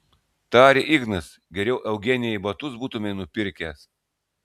tarė ignas geriau eugenijai batus būtumei nupirkęs